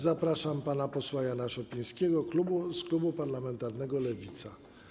Zapraszam pana posła Jana Szopińskiego z klubu parlamentarnego Lewica.